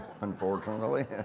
Unfortunately